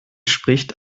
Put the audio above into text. spricht